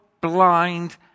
blind